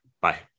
Bye